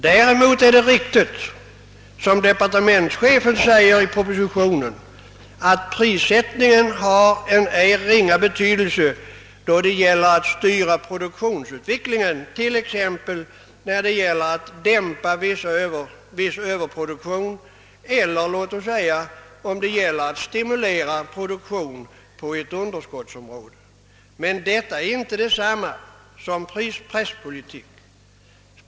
Däremot är det riktigt som departementschefen säger i propositionen, att prissättningen har en ej ringa betydelse då det gäller att styra produktionsutvecklingen, t.ex. för att dämpa viss överproduktion eller för att stimulera produktion på ett underskottsområde, men detta är inte detsamma som prispresspolitik.